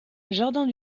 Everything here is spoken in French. jardins